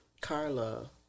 Carla